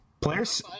players